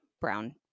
Brown